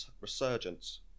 resurgence